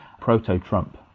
proto-Trump